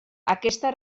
aquesta